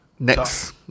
Next